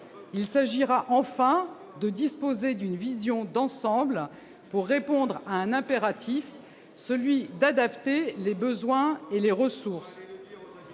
Il s'agira, enfin, de disposer d'une vision d'ensemble pour répondre à un impératif, celui d'adapter les besoins et les ressources.